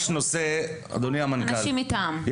אנשים מטעם.